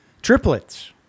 triplets